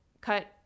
cut